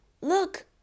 Look